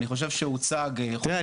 אני חושב שהוצג --- תראה,